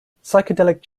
psychedelic